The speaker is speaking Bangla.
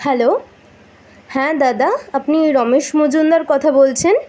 হ্যালো হ্যাঁ দাদা আপনি রমেশ মজুমদার কথা বলছেন